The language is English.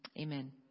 amen